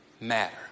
matter